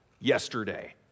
yesterday